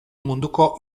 munduko